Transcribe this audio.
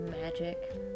Magic